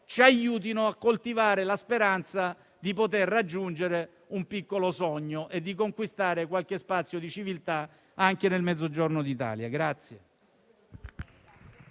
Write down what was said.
ci aiutino a coltivare la speranza di poter raggiungere un piccolo sogno e di conquistare qualche spazio di civiltà anche nel Mezzogiorno d'Italia.